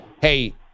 hey